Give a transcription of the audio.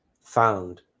found